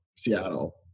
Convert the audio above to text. Seattle